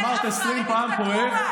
אמרת 20 פעם כואב.